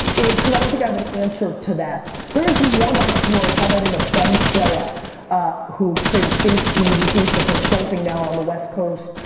is cause i don't think i have an answer to that. there is one entrepreneur, a guy by the name of ben cera who created facefeed, who's doing some consulting now on the west coast,